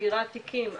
סגירת תיקים,